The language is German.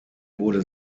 wurde